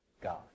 God